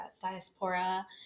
diaspora